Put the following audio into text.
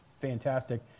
fantastic